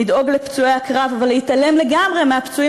לדאוג לפצועי הקרב אבל להתעלם לגמרי מהפצועים